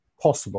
possible